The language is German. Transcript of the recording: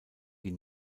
die